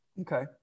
Okay